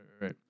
right